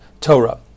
Torah